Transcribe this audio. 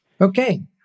Okay